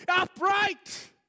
upright